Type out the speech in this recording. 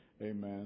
Amen